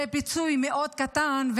זה פיצוי קטן מאוד,